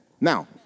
Now